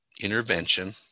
intervention